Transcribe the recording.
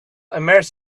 immerse